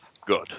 Good